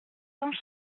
cent